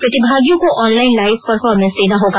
प्रतिभागियों को online live performance देना होगा